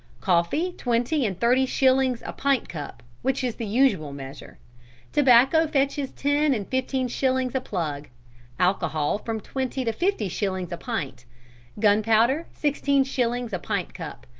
coffee twenty and thirty shillings a pint cup, which is the usual measure tobacco fetches ten and fifteen shillings a plug alcohol from twenty to fifty shillings a pint gunpowder sixteen shillings a pint cup,